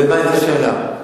לא הבנתי את השאלה.